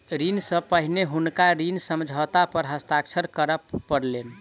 ऋण सॅ पहिने हुनका ऋण समझौता पर हस्ताक्षर करअ पड़लैन